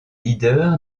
leader